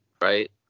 right